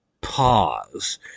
pause